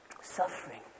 suffering